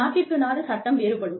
நாட்டிற்கு நாடு சட்டம் வேறுபடும்